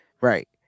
right